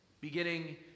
beginning